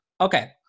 Okay